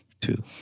two